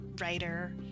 writer